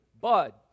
bud